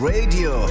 Radio